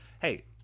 hey